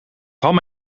ham